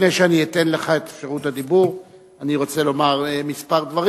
לפני שאני אתן לך את אפשרות הדיבור אני רוצה לומר כמה דברים.